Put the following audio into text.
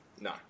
No